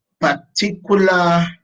particular